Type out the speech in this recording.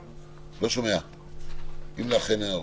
אם לך אין הערות.